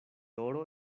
oro